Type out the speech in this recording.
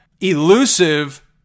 elusive